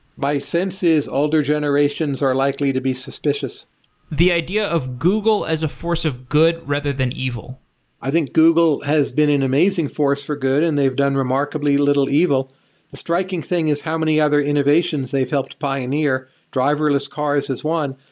my sense is older generations are likely to be suspicious the idea of google as a force of good, rather than evil i think google has been an amazing force for good and they've done remarkably little evil. the striking thing is how many other innovations they've helped pioneer. driverless cars is one.